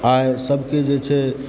आय सभकेँ जे छै